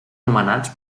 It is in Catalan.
nomenats